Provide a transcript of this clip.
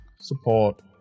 support